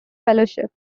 fellowship